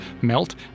melt